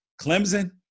Clemson